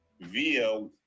via